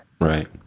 Right